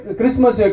Christmas